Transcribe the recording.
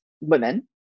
women